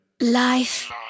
Life